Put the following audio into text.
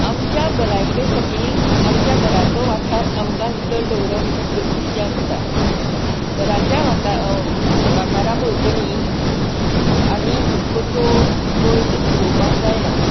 आमचे भलायके खातीर आमच्या घराचो वाठार आमकां नितळ दवरप खूब गरजेचें आसता घराच्या वाता वाठारां भोंवतणी आमी कोचोप कोयर उडोवपाक जायना